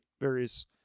various